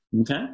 okay